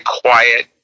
quiet